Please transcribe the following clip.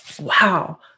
wow